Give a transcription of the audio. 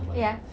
ya